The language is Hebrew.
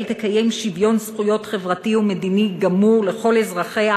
"תקיים שוויון זכויות חברתי ומדיני גמור לכל אזרחיה,